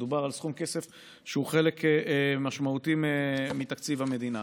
מדובר על סכום כסף שהוא חלק משמעותי מתקציב המדינה.